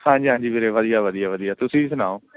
ਹਾਂਜੀ ਹਾਂਜੀ ਵੀਰੇ ਵਧੀਆ ਵਧੀਆ ਵਧੀਆ ਤੁਸੀਂ ਸੁਣਾਓ